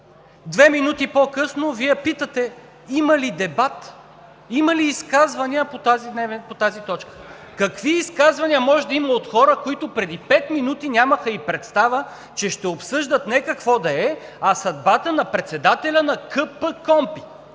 Две минути по-късно Вие питате: има ли дебат, има ли изказвания по тази точка? Какви изказвания може да има от хора, които преди пет минути нямаха и представа, че ще обсъждат не какво да е, а съдбата на председателя на КПКОНПИ?!